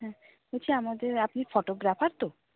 হুম বলছি আমাদের আপনি ফটোগ্রাফার তো